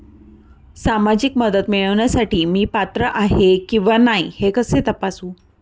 सामाजिक मदत मिळविण्यासाठी मी पात्र आहे किंवा नाही हे कसे तपासू?